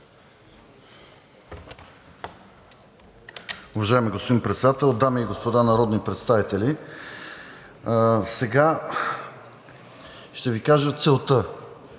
Добре.